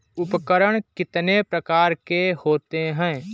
उपकरण कितने प्रकार के होते हैं?